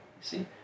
see